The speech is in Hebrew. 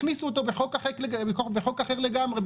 הכניסו אותו בחוק אחר לגמרי,